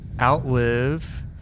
Outlive